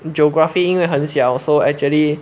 geography 因为很小 so actually